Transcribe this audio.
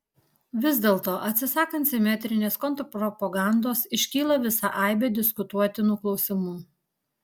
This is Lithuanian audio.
vis dėlto atsisakant simetrinės kontrpropagandos iškyla visa aibė diskutuotinų klausimų